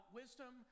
wisdom